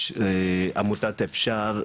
יש עמותת אפשר,